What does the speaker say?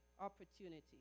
opportunity